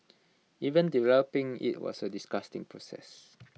even developing IT was A disgusting process